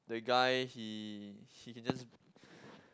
the guy he he can just